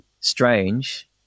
strange